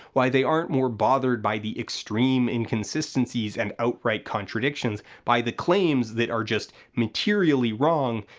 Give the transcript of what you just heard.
why they aren't more bothered by the extreme inconsistencies and outright contradictions, by the claims that are just materially wrong,